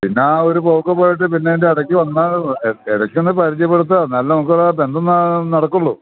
പിന്നെയാ ഒരു പോക്കു പോയിട്ട് പിന്നെയതിൻ്റെ ഇടയ്ക്കു വന്നാൽ ഇടയ്ക്കൊന്നു പരിചയപ്പെടുത്തുക എന്നാലല്ലേ നമുക്കുള്ള ബന്ധം നടക്കുകയുള്ളു